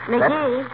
McGee